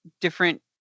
different